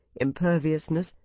imperviousness